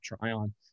Tryon